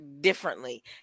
differently